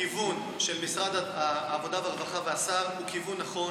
הכיוון של משרד העבודה והרווחה והשר הוא כיוון נכון